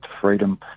freedom